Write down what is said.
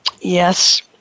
Yes